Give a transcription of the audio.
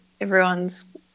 everyone's